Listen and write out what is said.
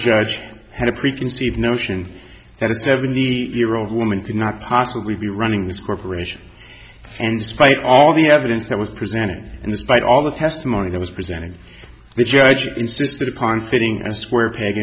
judge had a preconceived notion that a seventy year old woman could not possibly be running this corporation and despite all the evidence that was presented and despite all the testimony i was presented the judge insisted upon fitting a square peg